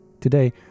Today